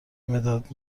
مداد